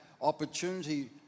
opportunity